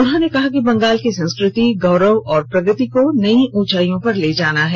उन्होंने कहा कि बंगाल की संस्कृति गौरव और प्रगति को नई ऊंचाइयों पर ले जाना हैं